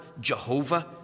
Jehovah